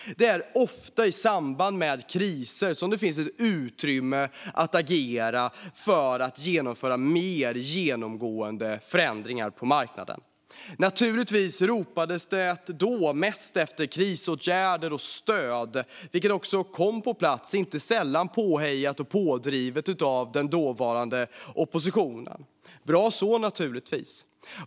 Det är ofta i samband med kriser som det finns utrymme att agera för att genomföra mer genomgående förändringar på marknaden. Under pandemin ropade man mest efter krisåtgärder och stöd, som också kom på plats - inte sällan påhejat och pådrivet av den dåvarande oppositionen. Det var naturligtvis bra.